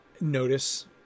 notice